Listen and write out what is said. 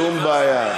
שום בעיה.